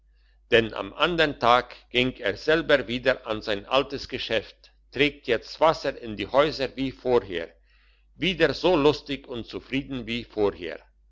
denn am andern tag ging er selber wieder an sein altes geschäft trägt jetzt wasser in die häuser wie vorher wieder so lustig und zufrieden wie vorher